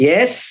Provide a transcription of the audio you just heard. Yes